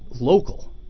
local